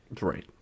Right